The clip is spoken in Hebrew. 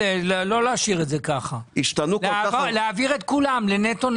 לא להשאיר את זה כך; להעביר את כולם לנטו.